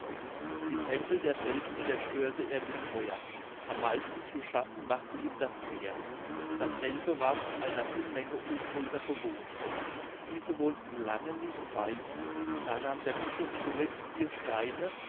die tempel derselben zerstörte er mit feuer am meisten zu schaffen machte ihm das meer dasselbe war von einer menge unholder bewohnt diese wollten lange nicht weichen da nahm der bischof zuletzt vier steine